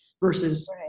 versus